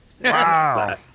Wow